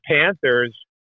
Panthers